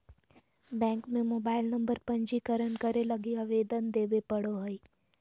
bank में mobile number पंजीकरण करे लगी आवेदन देबे पड़ो हइ